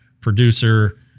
producer